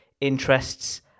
interests